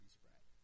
spread